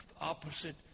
opposite